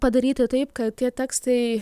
padaryti taip kad tie tekstai